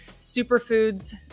superfoods